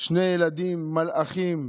שני ילדים מלאכים.